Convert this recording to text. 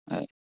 अय